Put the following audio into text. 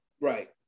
Right